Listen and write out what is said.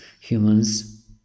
Humans